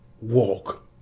walk